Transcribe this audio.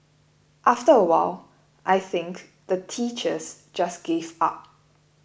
after a while I think the teachers just gave up